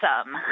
awesome